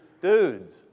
dudes